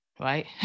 Right